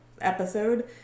Episode